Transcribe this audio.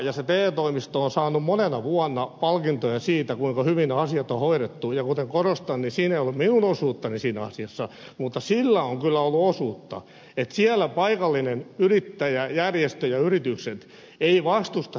se te toimisto on saanut monena vuonna palkintoja siitä kuinka hyvin ne asiat on hoidettu ja kuten korostan siinä asiassa ei ollut minun osuuttani mutta sillä on kyllä ollut osuutta että siellä paikallinen yrittäjäjärjestö ja yritykset eivät vastusta sitä toimintaa